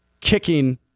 kicking